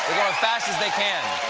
fast as they can.